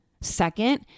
Second